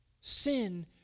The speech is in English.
Sin